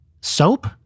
soap